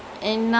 mm